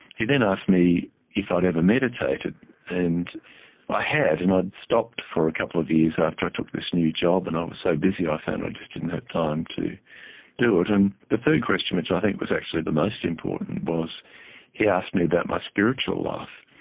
he then asked me if i'd ever meditated, and i had and i'd stopped for a couple of years after i took this new job, and i was so busy i found i just didn't have time to do it. and the third question, which i think was actually the most important, was he asked me about my spiritual life,